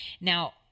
Now